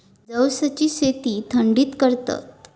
जवसची शेती थंडीत करतत